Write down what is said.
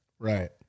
Right